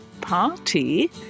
party